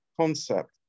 concept